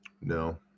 No